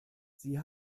sie